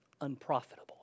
unprofitable